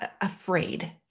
afraid